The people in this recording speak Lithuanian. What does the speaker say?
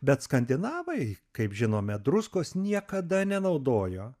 bet skandinavai kaip žinome druskos niekada nenaudojo